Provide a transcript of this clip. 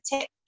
tip